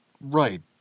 Right